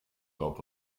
glaubt